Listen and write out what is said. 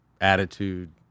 attitude